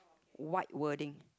white wording